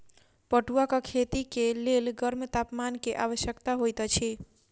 पटुआक खेती के लेल गर्म तापमान के आवश्यकता होइत अछि